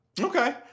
okay